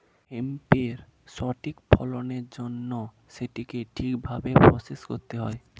হেম্পের সঠিক ফলনের জন্য সেটিকে ঠিক ভাবে প্রসেস করতে হবে